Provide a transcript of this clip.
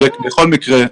בכל מקרה,